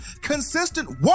consistent